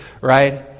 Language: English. right